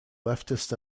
leftist